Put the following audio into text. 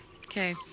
Okay